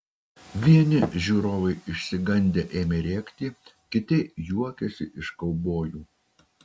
vieni žiūrovai išsigandę ėmė rėkti kiti juokėsi iš kaubojų